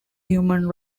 human